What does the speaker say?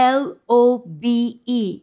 lobe